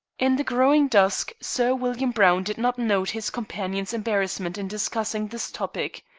in the growing dusk sir william browne did not note his companion's embarrassment in discussing this topic.